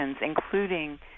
including